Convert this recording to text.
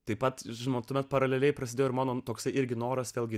taip pat sumontuoti paraleliai prasidėjo ir mano toksai irgi noras vėlgi